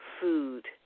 food